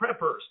preppers